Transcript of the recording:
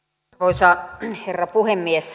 arvoisa herra puhemies